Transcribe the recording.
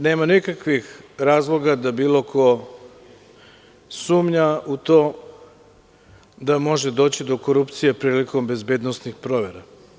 Nema nikakvih razloga da bilo ko sumnja u to da možemo doći do korupcije prilikom bezbednosnih provera.